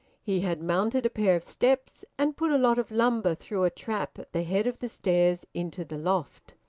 he had mounted a pair of steps, and put a lot of lumber through a trap at the head of the stairs into the loft.